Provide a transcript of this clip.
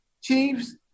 chiefs